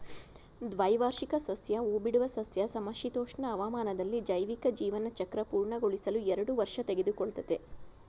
ದ್ವೈವಾರ್ಷಿಕ ಸಸ್ಯ ಹೂಬಿಡುವ ಸಸ್ಯ ಸಮಶೀತೋಷ್ಣ ಹವಾಮಾನದಲ್ಲಿ ಜೈವಿಕ ಜೀವನಚಕ್ರ ಪೂರ್ಣಗೊಳಿಸಲು ಎರಡು ವರ್ಷ ತೆಗೆದುಕೊಳ್ತದೆ